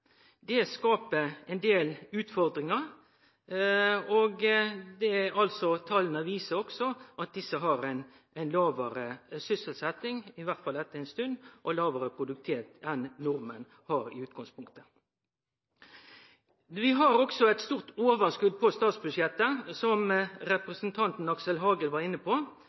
Det skaper ein del utfordringar, og tala viser at desse har lågare sysselsetting – iallfall etter ei stund – og lågare produktivitet enn nordmenn har i utgangspunktet. Vi har òg eit stort overskot på statsbudsjettet, som representanten Aksel Hagen var inne på.